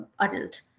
adult